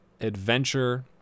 Adventure